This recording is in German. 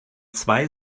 zwei